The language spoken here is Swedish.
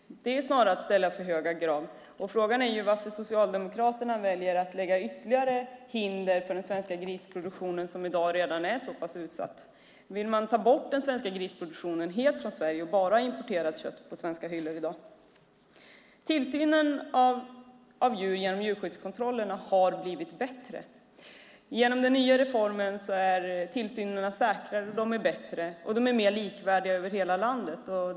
Det är snarare att ställa för höga krav. Frågan är varför Socialdemokraterna väljer att lägga ytterligare hinder i vägen för den svenska grisproduktionen, som i dag redan är så utsatt. Vill man helt ta bort grisproduktionen från Sverige och bara ha importerat kött på svenska butikers hyllor? Tillsynen genom djurskyddskontrollerna har blivit bättre. Genom den nya reformen är tillsynerna säkrare, bättre och mer likvärdiga över hela landet.